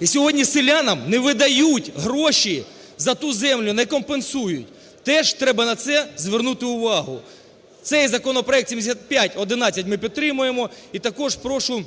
і сьогодні селянам не видають гроші за ту землю, не компенсують. Теж треба на це звернути увагу. Цей законопроект 7511 ми підтримуємо, і також прошу